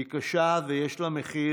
היא קשה, ויש לה מחיר,